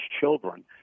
children